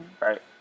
right